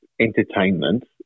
entertainment